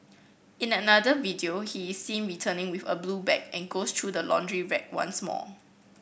in another video he is seen returning with a blue bag and goes through the laundry rack once more